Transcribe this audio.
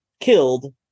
killed